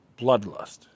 bloodlust